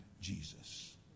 Jesus